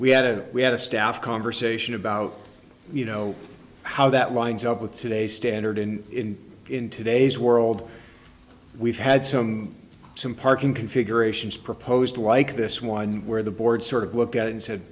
we had a we had a staff conversation about you know how that lines up with today's standard in in today's world we've had some some parking configurations proposed like this one where the board sort of looked at it and said